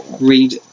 read